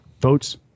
votes